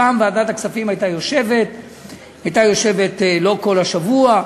פעם ועדת הכספים הייתה יושבת לא כל השבוע,